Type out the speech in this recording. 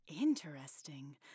Interesting